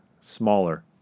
smaller